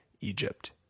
egypt